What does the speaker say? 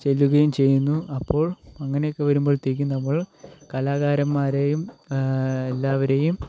ചെല്ലുകയും ചെയ്യുന്നു അപ്പോൾ അങ്ങനെയൊക്കെ വരുമ്പോഴത്തേക്കും നമ്മൾ കലാകാരന്മാരെയും എല്ലാവരെയും